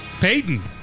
Peyton